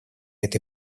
этой